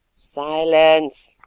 silence,